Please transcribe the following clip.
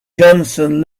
johnson